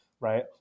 Right